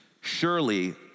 Surely